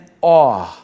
awe